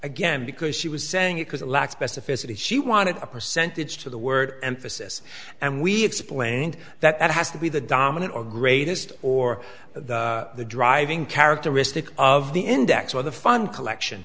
again because she was saying it because it lacks specificity she wanted a percentage to the word emphasis and we explained that has to be the dominant or greatest or the driving characteristic of the index or the fun collection